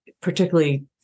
particularly